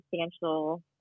substantial